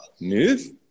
move